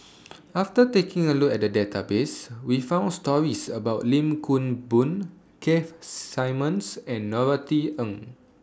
after taking A Look At The Database We found stories about Lim Kim Boon Keith Simmons and Norothy Ng